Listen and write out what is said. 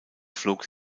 flog